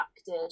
acted